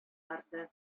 барды